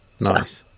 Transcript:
Nice